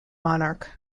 monarch